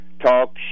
talk